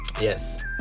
Yes